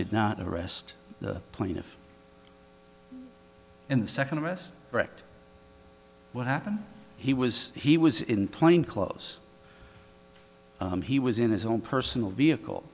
did not arrest the plaintiff in the second arrest correct what happened he was he was in plain clothes he was in his own personal vehicle